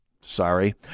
sorry